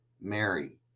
Mary